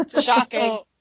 Shocking